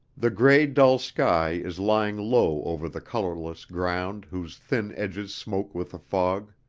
the gray dull sky is lying low over the colorless ground whose thin edges smoke with the fog.